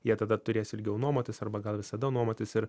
jie tada turės ilgiau nuomotis arba gal visada nuomotis ir